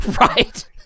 Right